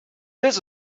this